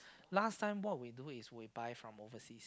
last time what we do is we buy from overseas